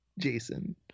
Jason